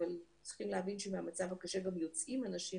אבל צריכים להבין שמהמצב הקשה גם יוצאים אנשים,